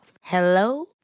Hello